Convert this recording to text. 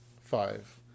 Five